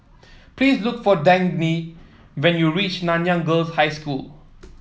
please look for Dagny when you reach Nanyang Girls' High School